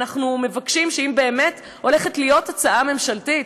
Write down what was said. אנחנו מבקשים שאם באמת הולכת להיות הצעה ממשלתית,